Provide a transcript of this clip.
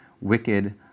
wicked